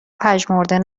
پژمرده